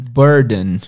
burden